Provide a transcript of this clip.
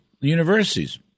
universities